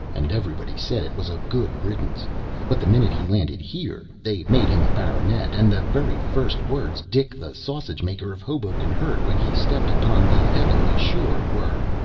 and everybody said it was a good riddance but the minute he landed here, they made him a baronet, and the very first words dick the sausage-maker of hoboken heard when he stepped upon the heavenly shore were,